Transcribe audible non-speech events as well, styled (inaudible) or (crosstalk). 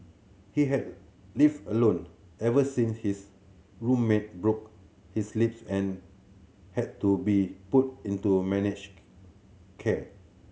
he has lived alone ever since his roommate broke his leaps and had to be put into managed (unintelligible) care